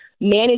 manage